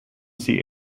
sie